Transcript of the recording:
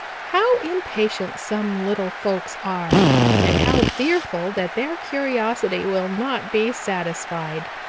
how impatient some little folks are and how fearful that their curiosity will not be satisfied,